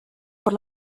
por